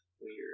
weird